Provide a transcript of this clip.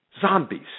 zombies